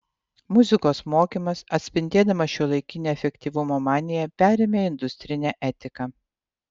muzikos mokymas atspindėdamas šiuolaikinę efektyvumo maniją perėmė industrinę etiką